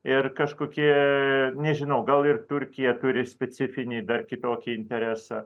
ir kažkokie nežinau gal ir turkija turi specifinį dar kitokį interesą